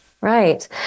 Right